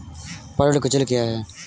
पर्ण कुंचन क्या है?